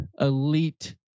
elite